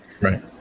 Right